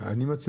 אני מציע,